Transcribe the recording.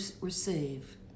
receive